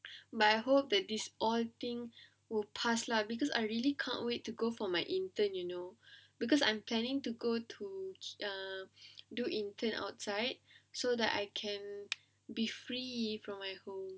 but I hope that this all thing will pass lah because I really can't wait to go for my intern you know because I'm planning to go to um do intern outside so that I can be free from my home